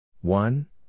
One